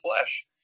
flesh